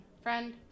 friend